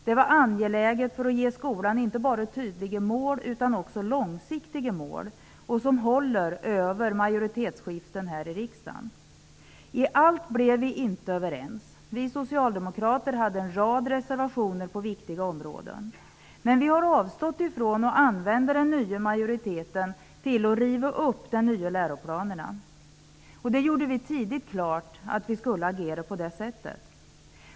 Det var angeläget, inte bara för att ge skolan tydliga mål utan också långsiktiga mål som håller över majoritetsskiften här i riksdagen. Om allt blev vi inte överens. Vi socialdemokrater hade en rad reservationer på viktiga områden. Men vi har avstått från att använda den nya majoriteten till att riva upp de nya läroplanerna. Vi gjorde tidigt klart att vi skulle agera på det sättet.